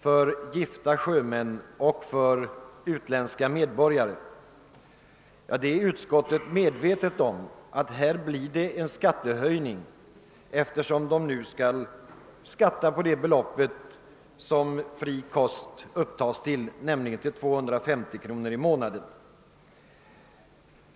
för gifta sjömän och för utländska medborgare. Utskottet är medvetet om att det blir en skattehöjning, eftersom sjömännen skall skatta för det belopp som fri kost upptas till, nämligen 250 kronor i månaden.